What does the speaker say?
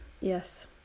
Yes